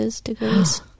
degrees